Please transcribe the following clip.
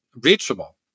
reachable